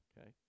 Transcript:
Okay